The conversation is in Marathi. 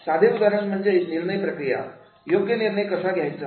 साधे उदाहरण म्हणजे निर्णय प्रक्रिया योग्य निर्णय कसा घ्यायचा